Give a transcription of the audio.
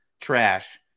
trash